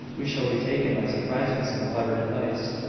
we shall be taken by surprise with some clever device,